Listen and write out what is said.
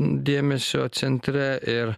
dėmesio centre ir